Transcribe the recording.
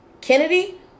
kennedy